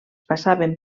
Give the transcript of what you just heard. passaven